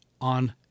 on